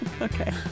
Okay